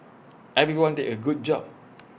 everyone did A good job